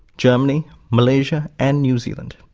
germany, malaysia and new zealand.